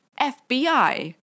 FBI